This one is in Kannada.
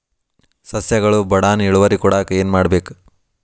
ಸಸ್ಯಗಳು ಬಡಾನ್ ಇಳುವರಿ ಕೊಡಾಕ್ ಏನು ಮಾಡ್ಬೇಕ್?